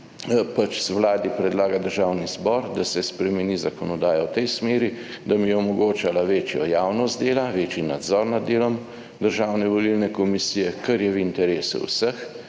naj Vladi predlaga Državni zbor, da se spremeni zakonodaja v tej smeri, da mi je omogočala večjo javnost dela, večji nadzor nad delom Državno-volilne komisije, kar je v interesu vseh